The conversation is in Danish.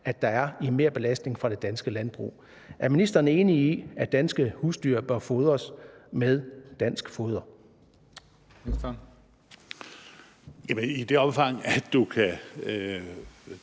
at der er i merbelastning fra det danske landbrug. Er ministeren enig i, at danske husdyr bør fodres med dansk foder?